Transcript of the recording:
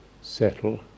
settle